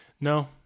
No